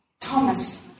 Thomas